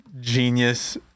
genius